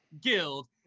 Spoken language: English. guild